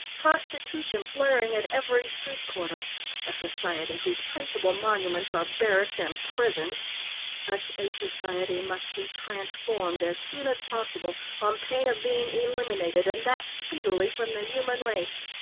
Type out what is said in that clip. prostitution flaring at every street corner a society whose principal monuments are barracks and prisons such a society must be transformed as soon as possible, on pain of being eliminated, and that speedily, from the human race.